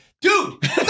dude